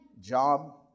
job